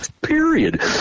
Period